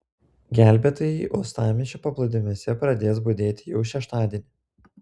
gelbėtojai uostamiesčio paplūdimiuose pradės budėti jau šeštadienį